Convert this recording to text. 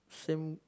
same